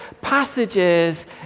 passages